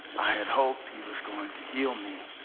i had hoped he was going to heal me.